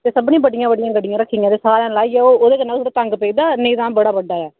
ते सभनीं बड्डी बड्डियां गड्डियां रक्खी दियां ते ओह्दे कन्नै ओह् सारे तंग पेई दा नेईं तां ओह् बड़ा बड्डा ऐ